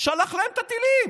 שלח להם את הטילים,